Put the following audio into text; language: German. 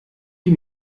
die